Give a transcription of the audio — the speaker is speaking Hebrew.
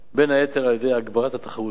בין היתר על-ידי הגברת התחרותיות.